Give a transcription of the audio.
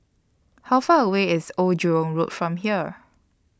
How Far away IS Old Jurong Road from here